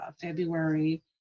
February